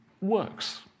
works